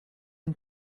une